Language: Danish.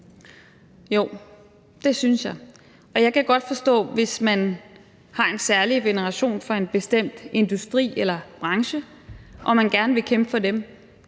Jo, det synes jeg. Og jeg kan godt forstå, at man kan have en særlig veneration for en bestemt industri eller branche og gerne vil kæmpe for den.